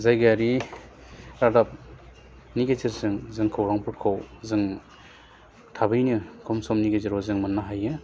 जायगायारि रादाबनि गेजेरजों जों खौरांफोरखौ जों थाबैनो खम समनि गेजेराव जों मोन्नो हायो